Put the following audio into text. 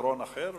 פתרון אחר.